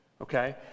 okay